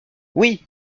oui